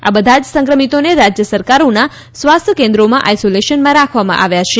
આ બધા જ સંક્રમિતોને રાજ્ય સરકારોના સ્વાસ્થ્ય કેન્દ્રોમાં આઇસોલેશનમાં રાખવામાં આવ્યા છે